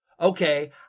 okay